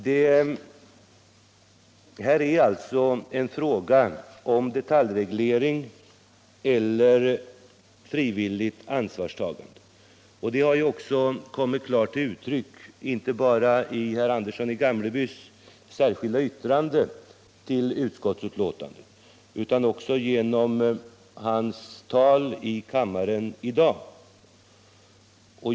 Det är alltså här fråga om detaljreglering eller frivilligt ansvarstagande. Det har också kommit klart till uttryck inte bara i herr Anderssons i Gamleby särskilda yttrande till utskottets betänkande utan också genom hans tal i kammaren i dag.